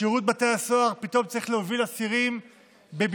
שירות בתי הסוהר פתאום צריך להוביל אסירים בבידוד,